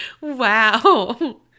Wow